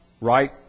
right